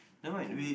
as in